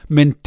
Men